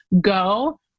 go